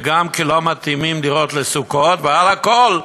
וגם כי לא מתאימים דירות לסוכות, ועל הכול,